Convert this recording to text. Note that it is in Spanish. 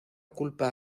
culpa